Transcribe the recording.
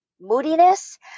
moodiness